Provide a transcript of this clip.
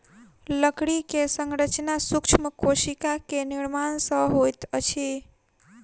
लकड़ी के संरचना सूक्ष्म कोशिका के निर्माण सॅ होइत अछि